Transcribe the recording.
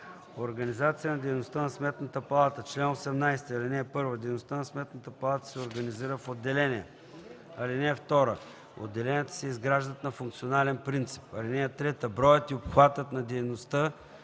„Организация на дейността на Сметната палата Чл. 18. (1) Дейността на Сметната палата се организира в отделения. (2) Отделенията се изграждат на функционален принцип. (3) Броят и обхватът на дейността